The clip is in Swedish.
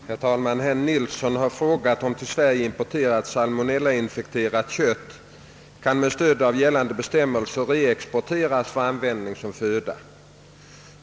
Herr talman! Herr Nilsson i Tvärålund har frågat, om till Sverige importerat salmonellainfekterat kött med stöd av gällande bestämmelser kan reexporteras för användning som föda.